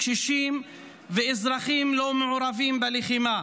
קשישים ואזרחים שלא מעורבים בלחימה.